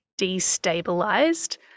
destabilized